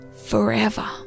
forever